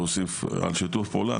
שהוסיף על שיתוף פעולה,